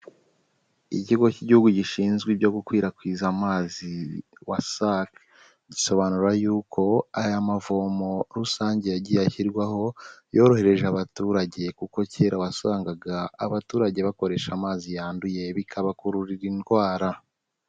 Ikigo K'Igihugu gishinzwe ibyo gukwirakwiza amazi WASAC, gisobanura yuko aya mavomo rusange yagiye ashyirwaho, yoroheje abaturage kuko kera wasangaga abaturage bakoresha amazi yanduye bikabakururira indwara.